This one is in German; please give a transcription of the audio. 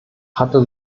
hatte